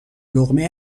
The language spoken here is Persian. لقمه